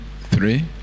three